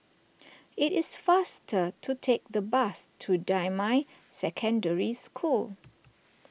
it is faster to take the bus to Damai Secondary School